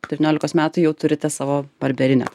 devyniolikos metų jau turite savo barberinę